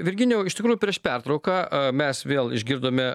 virginijau iš tikrųjų prieš pertrauką mes vėl išgirdome